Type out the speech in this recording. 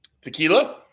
tequila